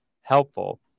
helpful